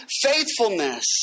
faithfulness